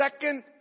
second